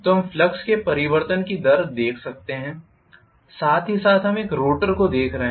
तो हम फ्लक्स के परिवर्तन की दर देख सकते हैं साथ ही साथ हम एक रोटर को देख रहे हैं